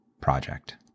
project